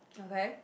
okay